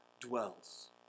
dwells